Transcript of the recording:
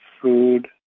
food